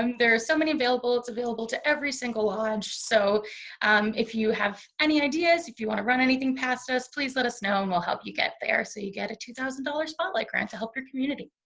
um there are so many available, it's available to every single lodge, so um if you have any ideas, if you want to run anything past us please let us know and we'll help you get there, so you get a two thousand dollars spotlight grant to help your community.